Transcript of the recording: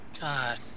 God